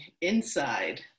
inside